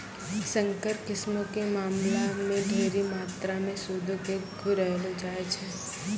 संकर किस्मो के मामला मे ढेरी मात्रामे सूदो के घुरैलो जाय छै